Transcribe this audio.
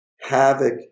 havoc